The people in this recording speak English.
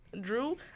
drew